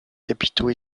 capitaux